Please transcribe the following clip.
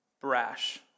brash